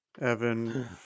Evan